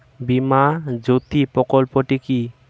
বীমা জ্যোতি প্রকল্পটি কি?